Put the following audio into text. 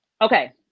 Okay